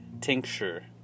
tincture